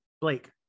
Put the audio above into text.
blake